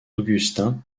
augustin